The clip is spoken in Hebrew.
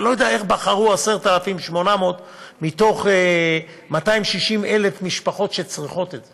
אני לא יודע איך בחרו 10,800 מ-260,000 משפחות שצריכות את זה,